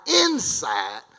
inside